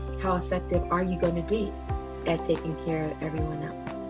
how effective are you going to be at taking care of everyone else